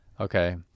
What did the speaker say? Okay